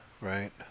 right